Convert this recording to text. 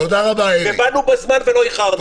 ובאנו בזמן ולא איחרנו.